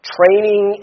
training